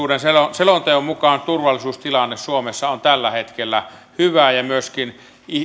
selonteon mukaan turvallisuustilanne suomessa on tällä hetkellä hyvä ja myöskin